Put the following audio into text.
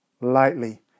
lightly